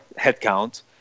headcount